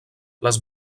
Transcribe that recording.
les